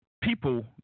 people